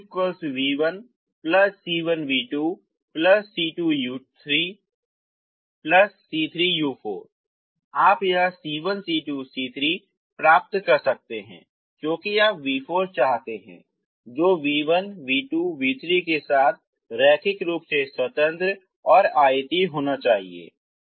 v4 v1 c1v2 c2u3 c3u4 आप यह c1 c2 c3 प्राप्त कर सकते हैं क्योंकि आप v4 चाहते हैं जो v1 v2 v3के साथ रैखिक रूप से स्वतंत्र और आयतीय होना चाहिए